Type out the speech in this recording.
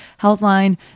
Healthline